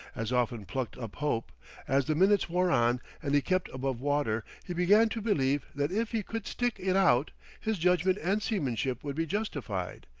as often plucked up hope as the minutes wore on and he kept above water, he began to believe that if he could stick it out his judgment and seamanship would be justified.